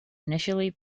initially